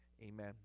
amen